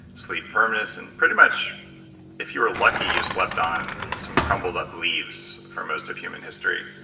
sleep firmness, and pretty much if you're lucky you slept on some crumbled up leaves for most of human history.